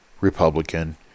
republican